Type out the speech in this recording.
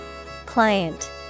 Client